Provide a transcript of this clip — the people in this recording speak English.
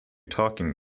talking